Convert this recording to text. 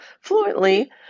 fluently